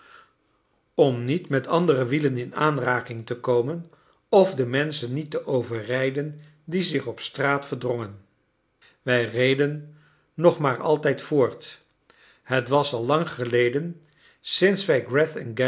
om niet met andere wielen in aanraking te komen of de menschen niet te overrijden die zich op straat verdrongen wij reden nog maar altijd voort het was al lang geleden sinds